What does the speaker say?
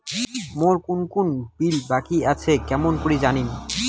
মোর কুন কুন বিল বাকি আসে কেমন করি জানিম?